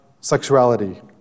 sexuality